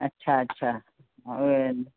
अच्छा अच्छा उहे आहिनि